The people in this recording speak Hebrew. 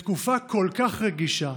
בתקופה כל כך רגישה,